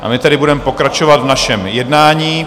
A my tedy budeme pokračovat v našem jednání.